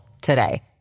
today